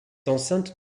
enceinte